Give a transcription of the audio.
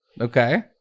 Okay